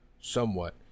somewhat